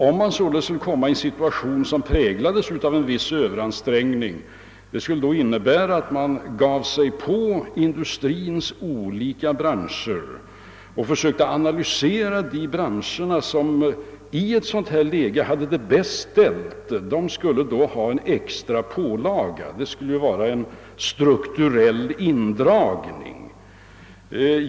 Om man skulle komma i en situation, som präglades av en viss överansträngning, skulle man således dela upp de olika branscherna inom industrin och försöka analysera, vilka som i ett sådant läge skulle ha det bäst ställt, och dessa skulle få en extra pålaga. Det skulle ju vara en strukturell indragning.